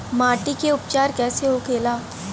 माटी के उपचार कैसे होखे ला?